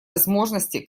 возможности